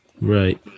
Right